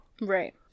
Right